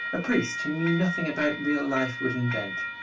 a priest who knew nothing about real life would invent.